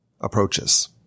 approaches